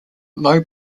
low